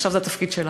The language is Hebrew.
עכשיו זה התפקיד שלך.